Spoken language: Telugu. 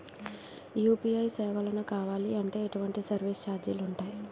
యు.పి.ఐ సేవలను కావాలి అంటే ఎటువంటి సర్విస్ ఛార్జీలు ఉంటాయి?